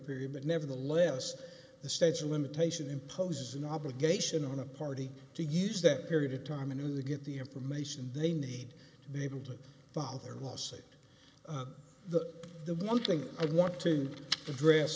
period but nevertheless the stage limitation imposes an obligation on a party to use that period of time into the get the information they need to be able to file their lawsuit the the one thing i want to address